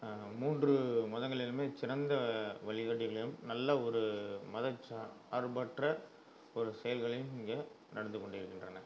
மூன்று மதங்களிலுமே சிறந்த வழி நல்ல ஒரு மதச்சார்பற்ற ஒரு செயல்களும் இங்கே நடந்து கொண்டிருக்கின்றன